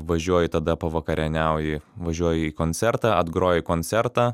važiuoji tada pavakarieniauji važiuoji į koncertą atgroji koncertą